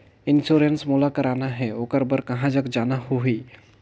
Insurance मोला कराना हे ओकर बार कहा जाना होही?